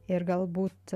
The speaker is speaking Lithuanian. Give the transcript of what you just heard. ir galbūt